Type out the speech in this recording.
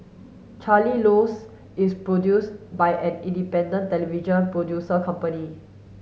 Charlie Rose is produced by an independent television producer company